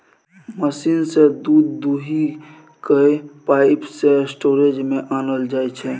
machine सँ दुध दुहि कए पाइप सँ स्टोरेज मे आनल जाइ छै